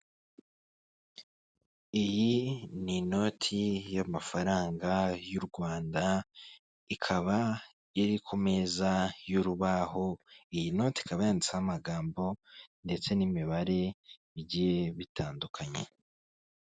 Iyi ni inoti y'amafaranga y'u Rwanda ikaba yari iri ku meza y'urubaho, iyi noti ikaba yanditseho amagambo ndetse n'imibare bigiye bitandukanye.